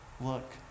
look